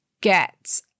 get